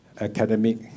academic